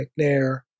McNair